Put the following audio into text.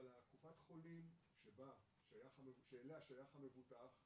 אבל קופת החולים שאליה שייך המבוטח,